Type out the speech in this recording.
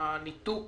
ניתוק